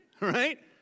Right